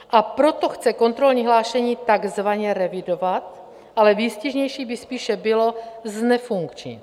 A proto chce kontrolní hlášení takzvaně revidovat, ale výstižnější by spíše bylo znefunkčnit.